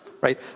right